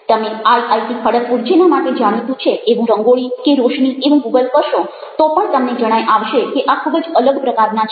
તમે આઈઆઈટી ખડગપુર જેના માટે જાણીતું છે એવું રંગોળી કે રોશની એવું ગૂગલ કરશો તો પણ તમને જણાઈ આવશે કે આ ખૂબ જ અલગ પ્રકારના છે